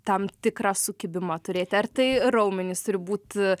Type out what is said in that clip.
tam tikrą sukibimą turėti ar tai raumenys turi būt